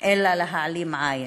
אלא להעלים עין.